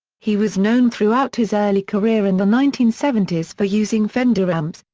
he was known throughout his early career in the nineteen seventy s for using fender amps,